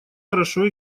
хорошо